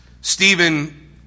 Stephen